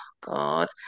god